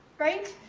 right?